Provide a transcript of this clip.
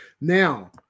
Now